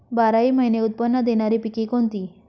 बाराही महिने उत्त्पन्न देणारी पिके कोणती?